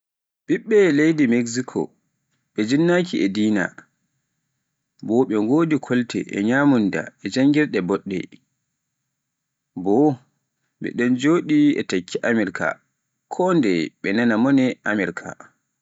ɓiɓɓe leydi Mexico ɓe jinnaki e dina, bo ɓe wodi kolte e nyamunda e janngirde boɗɗe, ɓe ɗon joɗi takki Amirk kondeye ɓe nanaa mone Amirk.